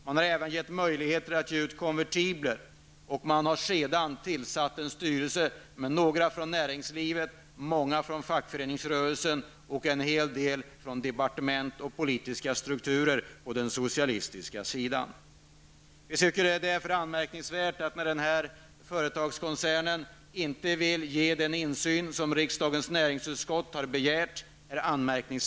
Man har även berett möjligheter att ge ut konvertibler och man har tillsatt en styrelse med några från näringslivet, många från fackföreningsrörelsen och en hel del från departement och politiska strukturer på den socialistiska sidan. Vi tycker därför att det är anmärkningsvärt att denna företagskoncern inte vill ge den insyn som riksdagens näringsutskott har begärt.